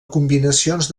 combinacions